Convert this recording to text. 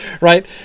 right